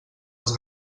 els